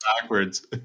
backwards